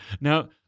Now